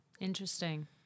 Interesting